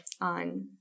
on